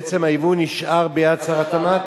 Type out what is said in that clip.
בעצם הייבוא נשאר ביד שר התמ"ת?